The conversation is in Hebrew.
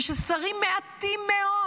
וששרים מעטים מאוד,